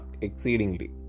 exceedingly